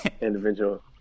individual